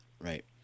right